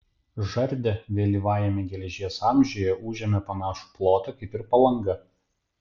žardė vėlyvajame geležies amžiuje užėmė panašų plotą kaip ir palanga